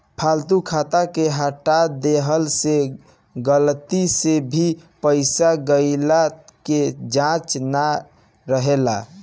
फालतू खाता के हटा देहला से गलती से भी पईसा गईला के चांस ना रहेला